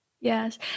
yes